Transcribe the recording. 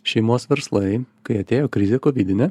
šeimos verslai kai atėjo krizė kovidinė